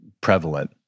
prevalent